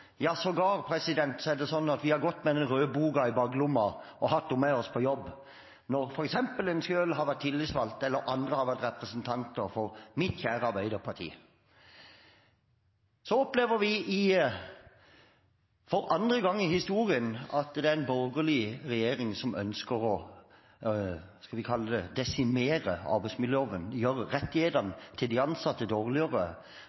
ja sågar har vi gått med den røde boken i baklommen og hatt den med oss på jobb, når f.eks. en selv har vært tillitsvalgt, eller andre har vært representanter for mitt kjære Arbeiderparti. Så opplever vi for andre gang i historien at det er en borgerlig regjering som ønsker å «desimere» arbeidsmiljøloven – gjøre rettighetene til de ansatte dårligere